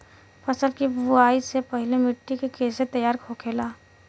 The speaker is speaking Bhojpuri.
फसल की बुवाई से पहले मिट्टी की कैसे तैयार होखेला?